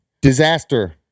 Disaster